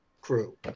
crew